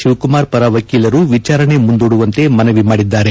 ಶಿವಕುಮಾರ್ ಪರ ವಕೀಲರು ವಿಚಾರಣೆ ಮುಂದೂಡುವಂತೆ ಮನವಿ ಮಾಡಿದ್ದಾರೆ